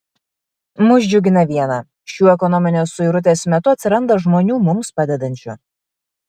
mus džiugina viena šiuo ekonominės suirutės metu atsiranda žmonių mums padedančių